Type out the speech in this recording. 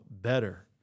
better